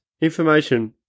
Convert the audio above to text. information